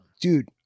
Dude